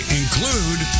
include